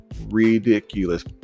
ridiculous